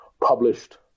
published